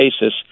basis